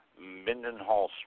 Mindenhall